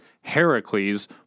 Heracles